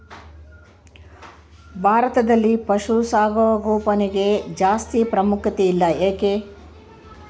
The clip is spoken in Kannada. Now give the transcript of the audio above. ಭಾರತದಲ್ಲಿ ಪಶುಸಾಂಗೋಪನೆಗೆ ಜಾಸ್ತಿ ಪ್ರಾಮುಖ್ಯತೆ ಇಲ್ಲ ಯಾಕೆ?